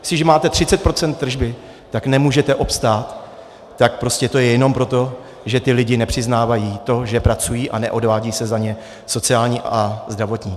Jestliže máte 30 % tržby, tak nemůžete obstát, tak prostě je to jenom proto, že ti lidé nepřiznávají to, že pracují, a neodvádí se za ně sociální a zdravotní.